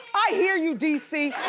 i hear you dc!